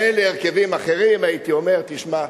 מילא הרכבים אחרים, הייתי אומר, תשמע,